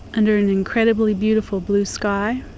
under an incredibly beautiful blue sky